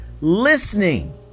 listening